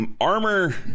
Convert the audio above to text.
armor